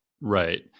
Right